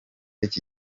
iki